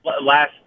last